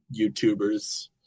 YouTubers